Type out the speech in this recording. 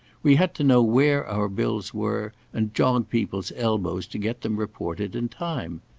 we had to know where our bills were, and jog people's elbows to get them reported in time.